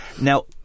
Now